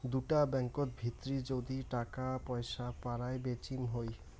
দুটা ব্যাঙ্কত ভিতরি যদি টাকা পয়সা পারায় বেচিম হই